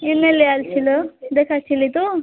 MLA এসছিলো দেখেছিলি তো